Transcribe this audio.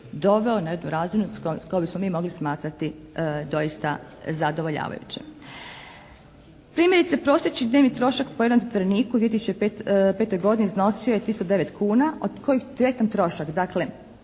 doveo na jednu razinu koju bi mi mogli smatrati doista zadovoljavajućom. Primjerice prosječni dnevni trošak po jednom zatvoreniku u 2005. godini iznosi je 309 kuna od kojih direktan trošak dakle,